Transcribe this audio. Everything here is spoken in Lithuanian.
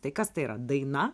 tai kas tai yra daina